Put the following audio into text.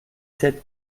sept